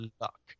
luck